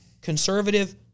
conservative